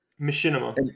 Machinima